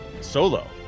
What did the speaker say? Solo